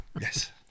yes